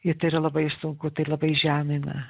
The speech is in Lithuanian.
i tai yra labai sunku tai labai žemina